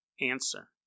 answer